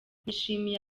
nishimiye